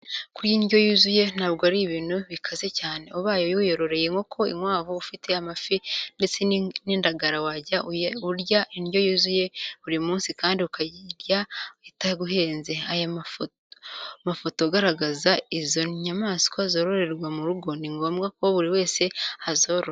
Kurya indyo yuzuye ntabwo ari ibintu bikaze cyane, ubaye wiyororeye inkoko, inkwavu, ufite amafi ndetse n'indagara wajya urya indyo yuzuye buri munsi kandi ukayirya itaguhenze, aya mafoto agaragaza izo nyamaswa zororerwa mu rugo ni ngombwa ko buri wese azorora.